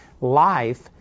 life